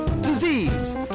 disease